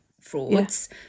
frauds